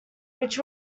which